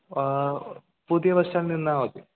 പുതിയ ബസ് സ്റ്റാൻഡിൽ നിന്നാൽ മതി